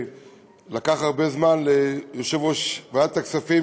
לקח הרבה זמן ליושב-ראש ועדת הכספים,